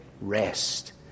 Rest